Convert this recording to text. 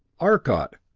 arcot,